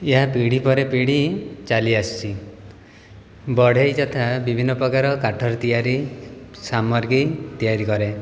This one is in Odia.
ଏହା ପିଢ଼ି ପରେ ପିଢ଼ି ଚାଲିଆସୁଛି ବଢ଼େଇ ଯଥା ବିଭିନ୍ନପ୍ରକାର କାଠରେ ତିଆରି ସାମଗ୍ରୀ ତିଆରି କରେ